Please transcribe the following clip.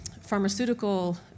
pharmaceutical